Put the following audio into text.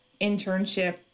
internship